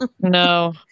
No